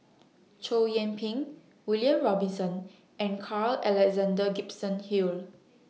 Chow Yian Ping William Robinson and Carl Alexander Gibson Hill